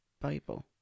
Bible